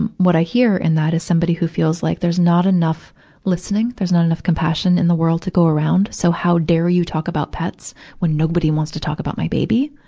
and what i hear in that is somebody who feels like there's not enough listening, there's not enough compassion in the world to go around, so how dare you talk about pets when nobody wants to talk about my baby.